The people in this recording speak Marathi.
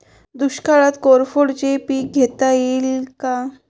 दुष्काळात कोरफडचे पीक घेता येईल का?